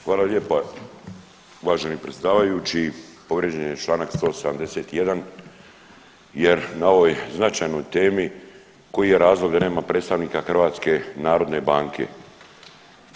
Hvala lijepa, uvaženi predsjedavajući povrijeđen je čl. 171. jer na ovoj značajnoj temi koji je razlog da nema predstavnika HNB-a.